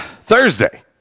Thursday